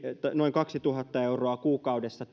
noin kaksituhatta euroa kuukaudessa